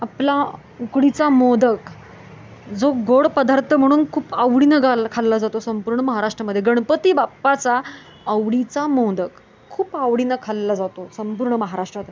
आपला उकडीचा मोदक जो गोड पदार्थ म्हणून खूप आवडीनं गाल खाल्ला जातो संपूर्ण महाराष्ट्रामध्ये गणपतीबाप्पाचा आवडीचा मोदक खूप आवडीनं खाल्ला जातो संपूर्ण महाराष्ट्रात